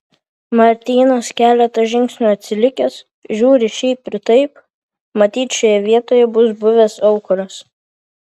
martynas keletą žingsnių atsilikęs žiūri šiaip ir taip matyt šioje vietoje bus buvęs aukuras